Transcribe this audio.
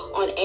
on